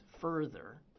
further